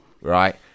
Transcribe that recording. right